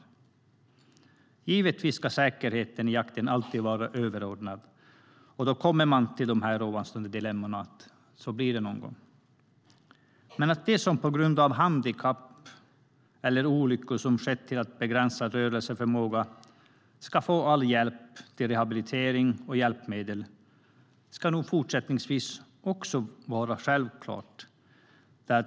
Givetvis ska säkerheten i jakten alltid vara överordnad, och då kommer man till det ovanstående dilemmat. Så blir det någon gång. Men att de som på grund av handikapp eller olyckor som lett till begränsad rörelseförmåga ska få all hjälp till rehabilitering och hjälpmedel ska nog även fortsättningsvis vara självklart.